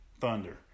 Thunder